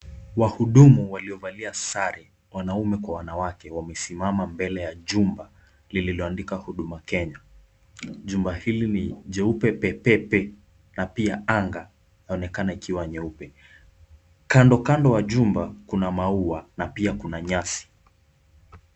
Wahudumu waliovalia sare wanaume kwa wanawake, wamesimama mbele ya jumba lililoandikwa Huduma Kenya. Jumba hili ni jeupe pepepe na pia anga yaonekana ikiwa nyeupe. Kando kando wa jumba kuna maua na pia kuna nyasi.